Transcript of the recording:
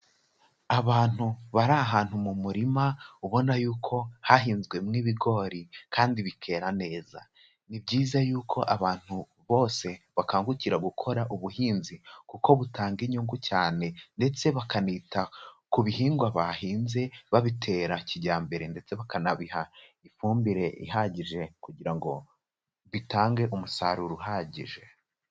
Abantu bari ahantu mu murima ubona yuko hahinzwemo ibigori kandi bikera neza. Ni byiza yuko abantu bose bakangukira gukora ubuhinzi kuko butanga inyungu cyane ndetse bakanita ku bihingwa bahinze babitera kijyambere ndetse bakanabiha ifumbire ihagije kugira ngo bitange umusaruro uhagije.